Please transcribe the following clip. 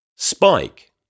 Spike